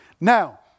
Now